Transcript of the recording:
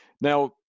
Now